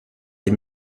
des